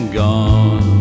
gone